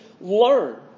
learn